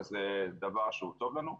וזה דבר שהוא טוב לנו.